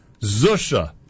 Zusha